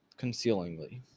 concealingly